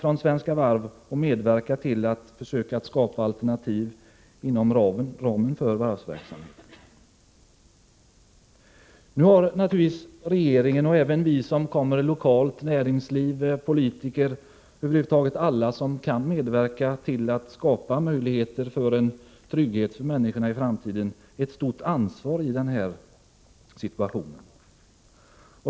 Regeringen — även vi andra politiker och näringslivet samt över huvud taget alla som kan medverka till att skapa möjligheter till en trygghet för människorna i framtiden — har ett stort ansvar i denna situation.